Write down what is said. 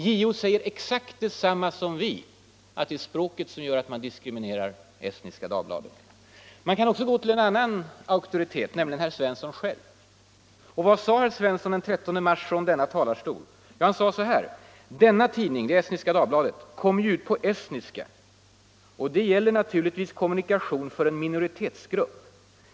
JO säger exakt detsamma som vi: det är språket som gör att man diskriminerar Estniska Dagbladet. Vi kan till slut gå till en annan auktoritet, nämligen herr Svensson själv. Så här sade herr Svensson den 13 mars från den här talarstolen: ”Denna tidning kommer ju ut på estniska, och det gäller naturligtvis kommunikation för en minoritetsgrupp.